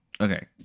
Okay